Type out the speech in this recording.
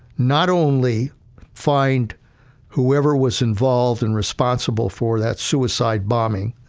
not only find whoever was involved and responsible for that suicide bombing,